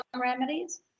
remedies